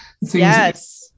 yes